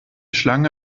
schlange